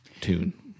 tune